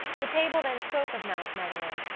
the table then spoke of mount melleray,